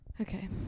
Okay